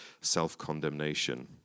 self-condemnation